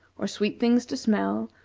or sweet things to smell,